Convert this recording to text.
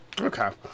Okay